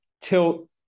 tilt